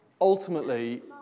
ultimately